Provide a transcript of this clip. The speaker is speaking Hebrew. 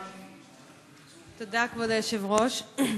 תודה, כבוד היושב-ראש.